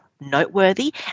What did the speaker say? Noteworthy